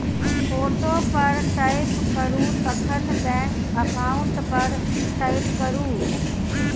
photo पर tap करु तखन बैंक अकाउंट पर टैप करु